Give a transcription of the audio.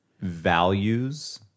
values